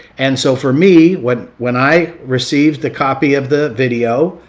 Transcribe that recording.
and so for me when when i received the copy of the video,